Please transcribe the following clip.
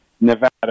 Nevada